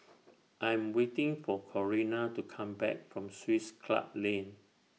I Am waiting For Corrina to Come Back from Swiss Club Lane